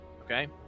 okay